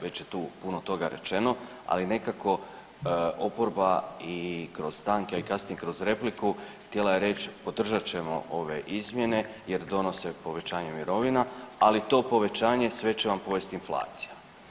Već je tu puno toga rečeno, ali nekako oporba kroz stanke, a i kasnije kroz repliku htjela je reć podržat ćemo ove izmjene jer donose povećanje mirovina, ali to povećanje sve će vam pojest inflacija.